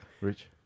Rich